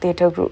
theatre group